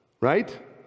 Right